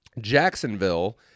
Jacksonville